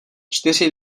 čtyři